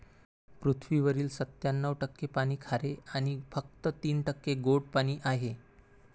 पृथ्वीवरील सत्त्याण्णव टक्के पाणी खारे आणि फक्त तीन टक्के गोडे पाणी आहे